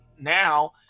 now